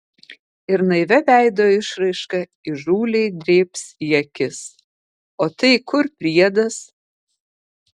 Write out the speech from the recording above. ir naivia veido išraiška įžūliai drėbs į akis o tai kur priedas